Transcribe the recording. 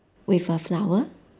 with a flower